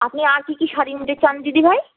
আপনি আর কী কী শাড়ি নিতে চান দিদিভাই